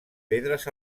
pedres